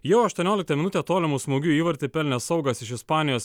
jau aštuonioliktą minutę tolimu smūgiu įvartį pelnė saugas iš ispanijos